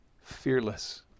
fearless